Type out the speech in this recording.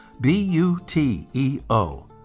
B-U-T-E-O